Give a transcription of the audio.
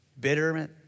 bitterment